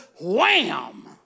wham